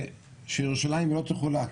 שירושלים לא תחולק.